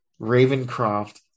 Ravencroft